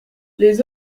les